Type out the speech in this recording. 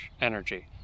energy